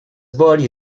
boli